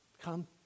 Come